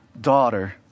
daughter